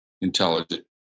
intelligent